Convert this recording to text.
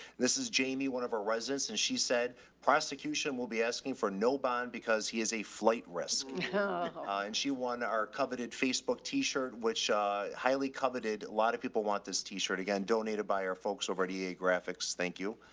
this is jamie, one of our residents. and she said prosecution will be asking for no bond because he is a flight risk. and yeah ah and she won our coveted facebook tee shirt, which a highly coveted a lot of people want. this tee shirt, again donated by our folks over at ea graphics. thank you.